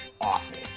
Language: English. awful